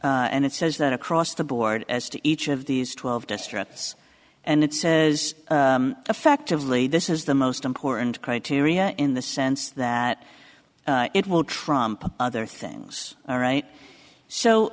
and it says that across the board as to each of these twelve distress and it says effectively this is the most important criteria in the sense that it will trump other things all right